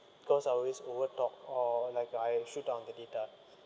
because I always over talk or like I shoot out on the data